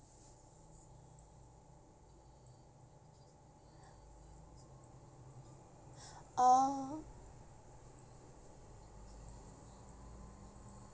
orh